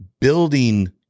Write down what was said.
Building